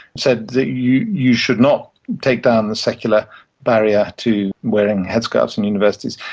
said that you you should not take down the secular barrier to wearing headscarves in universities.